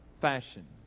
fashion